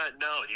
no